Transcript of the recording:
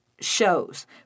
shows